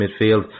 midfield